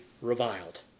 reviled